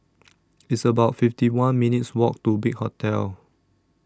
It's about fifty one minutes' Walk to Big Hotel